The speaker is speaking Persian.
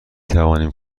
توانیم